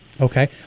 Okay